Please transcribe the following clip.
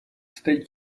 stay